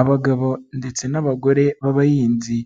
Abagabo ndetse n'abagore b'abahinzi,